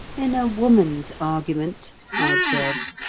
in a woman's argument, i observed,